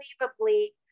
unbelievably